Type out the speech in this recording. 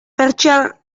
pertsiar